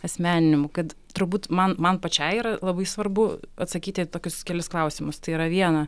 asmeninių kad turbūt man man pačiai yra labai svarbu atsakyti į tokius kelis klausimus tai yra viena